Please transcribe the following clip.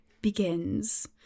begins